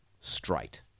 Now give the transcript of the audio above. straight